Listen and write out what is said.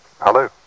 Hello